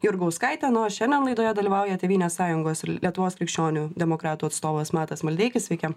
jurgauskaitė na o šiandien laidoje dalyvauja tėvynės sąjungos lietuvos krikščionių demokratų atstovas matas maldeikis sveiki